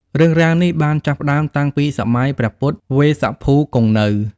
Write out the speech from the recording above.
រឿងរ៉ាវនេះបានចាប់ផ្ដើមតាំងពីសម័យ ព្រះពុទ្ធវេស្សភូ គង់នៅ។